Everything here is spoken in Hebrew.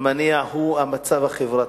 המניע הוא המצב החברתי.